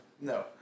No